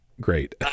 great